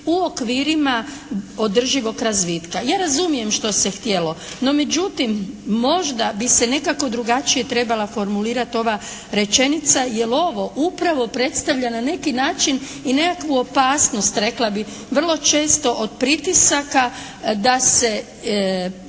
u okvirima održivog razvitka. Ja razumijem što se htjelo. No međutim možda bi se nekako drugačije trebala formulirati ova rečenica, jer ovo upravo predstavlja na neki način i nekakvu opasnost rekla bih vrlo često od pritisaka da se